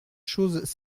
choses